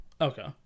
Okay